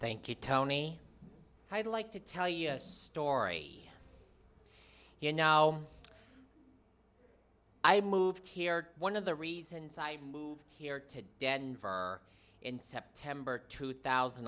thank you tony i'd like to tell you a story here now i moved here one of the reasons i moved here to denver in september two thousand